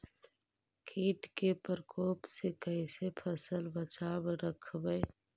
कीट के परकोप से कैसे फसल बचाब रखबय?